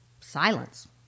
Silence